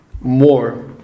more